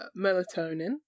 Melatonin